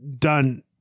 done